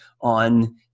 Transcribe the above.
on